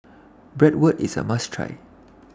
Bratwurst IS A must Try